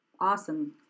Awesome